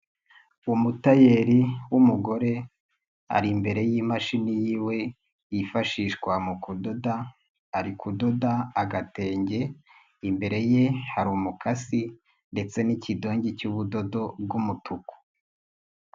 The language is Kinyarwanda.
Umutayeri w'umugore ari imbere y'imashini yiwe yifashishwa mu kudoda ari kudoda agatenge, imbere ye hari umukasi ndetse n'ikidongi cy'ubudodo bw'umutuku.